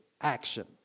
action